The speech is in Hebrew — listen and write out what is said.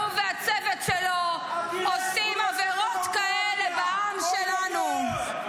-- שהוא והצוות שלו עושים עבירות כאלה בעם שלנו?